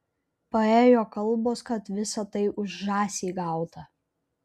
paėjo kalbos kad visa tai už žąsį gauta